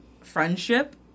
friendship